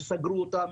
כשסגרו אותם,